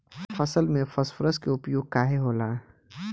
फसल में फास्फोरस के उपयोग काहे होला?